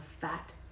fat